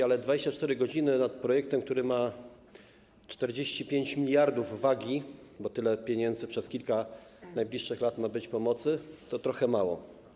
Ale 24 godziny nad projektem, który ma 45 mld wagi, bo tyle pieniędzy przez kilka najbliższych lat ma być przeznaczonych na pomoc, to trochę mało.